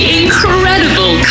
incredible